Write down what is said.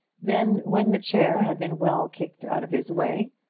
then when the chair had been well kicked out of his way,